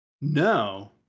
No